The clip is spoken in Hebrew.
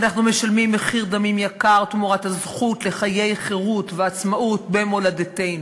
אנחנו משלמים מחיר דמים יקר תמורת הזכות לחיי חירות ועצמאות במולדתנו.